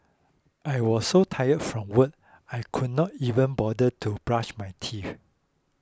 I was so tire from work I could not even bother to brush my teeth